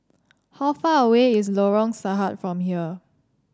how far away is Lorong Sarhad from here